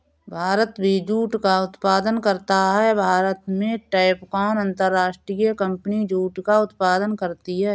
भारत भी जूट का उत्पादन करता है भारत में टैपकॉन अंतरराष्ट्रीय कंपनी जूट का उत्पादन करती है